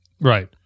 Right